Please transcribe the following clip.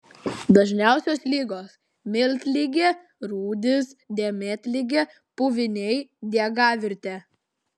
dažniausios ligos miltligė rūdys dėmėtligė puviniai diegavirtė